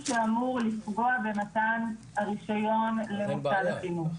שאמור לפגוע במתן הרישיון למוסד החינוך.